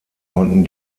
konnten